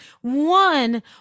One